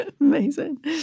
Amazing